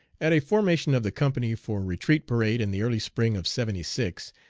at a formation of the company for retreat parade in the early spring of seventy six,